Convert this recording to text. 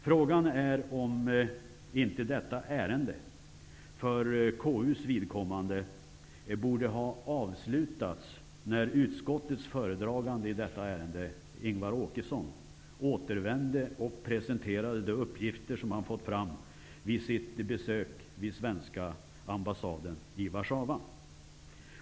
Frågan är om detta ärende för konstitutionsutskottets vidkommande inte borde ha avslutats när utskottets föredragande i detta ärende, Ingvar Åkesson, återvände och presenterade de uppgifter som han fått fram vid sitt besök på svenska ambassaden i Warszawa.